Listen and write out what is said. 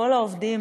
כל העובדים,